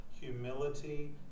humility